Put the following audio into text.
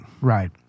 right